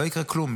לא יקרה כלום.